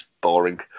boring